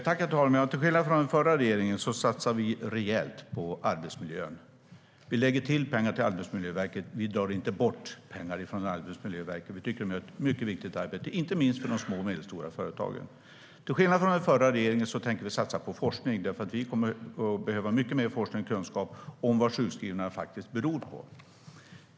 Herr talman! Till skillnad från den förra regeringen satsar vi rejält på arbetsmiljön. Vi lägger till pengar till Arbetsmiljöverket; vi drar inte bort pengar från Arbetsmiljöverket. Vi tycker att de gör ett mycket viktigt arbete, inte minst för de små och medelstora företagen. Till skillnad från den förra regeringen tänker vi satsa på forskning eftersom vi kommer att behöva mycket mer forskning och kunskap om vad sjukskrivningarna faktiskt beror på.